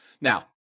Now